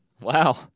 wow